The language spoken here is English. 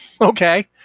Okay